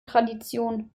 tradition